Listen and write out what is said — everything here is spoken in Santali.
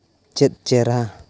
ᱪᱮᱫ ᱪᱮᱨᱦᱟ